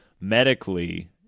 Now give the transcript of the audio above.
medically